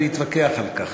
להתווכח על כך.